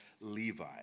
Levi